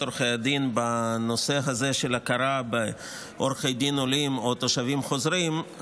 עורכי הדין בנושא הזה של הכרה בעורכי דין עולים או תושבים חוזרים,